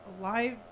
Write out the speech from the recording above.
live